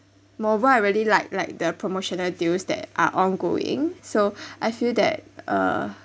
moreover I really like like the promotional deals that are ongoing so I feel that uh